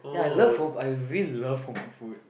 ya I love home cook I really love home cook food